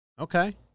Okay